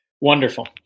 Wonderful